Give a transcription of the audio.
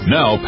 Now